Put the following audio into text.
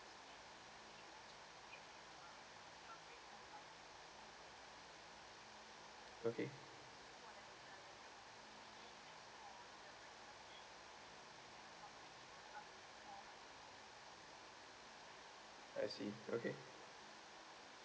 okay I see okay